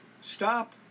Stop